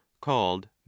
called